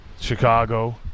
Chicago